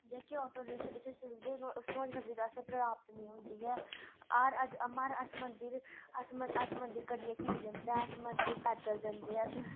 जेह्के auto rickshaw इ'त्थें चलदे न नुहाड़ी सर्विस असें गी प्राप्त निं होंदी ऐ हर अज्ज अमर अस मंदिर अस मंदिर गड्डियै च नेईं जन्दे ऐ अस मंदिर पैदल जन्दे ऐ